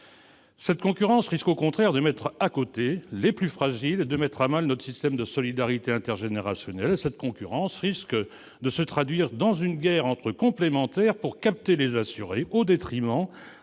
cette concurrence risque au contraire de laisser de côté les plus fragiles et de mettre à mal notre système de solidarité intergénérationnelle. Elle risque de se traduire par une guerre entre complémentaires pour capter les assurés, au détriment